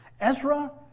Ezra